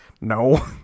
No